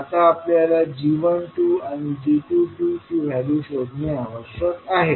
आता आपल्याला g12 आणि g22 ची व्हॅल्यू शोधणे आवश्यक आहे